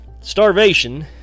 starvation